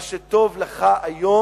מה שטוב לך היום,